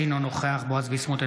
אינו נוכח בועז ביסמוט,